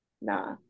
Nah